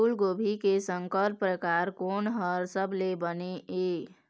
फूलगोभी के संकर परकार कोन हर सबले बने ये?